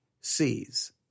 sees